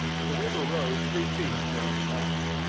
the river rose three feet during the night.